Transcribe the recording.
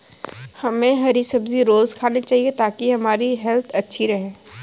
हमे हरी सब्जी रोज़ खानी चाहिए ताकि हमारी हेल्थ अच्छी रहे